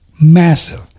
Massive